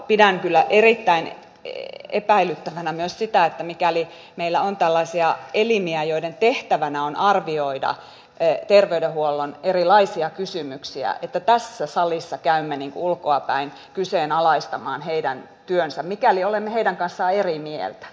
pidän kyllä erittäin epäilyttävänä myös sitä että mikäli meillä on tällaisia elimiä joiden tehtävänä on arvioida terveydenhuollon erilaisia kysymyksiä niin tässä salissa käymme ulkoapäin kyseenalaistamaan heidän työnsä mikäli olemme heidän kanssaan eri mieltä